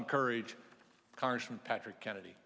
in courage cars from patrick kennedy